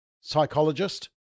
Psychologist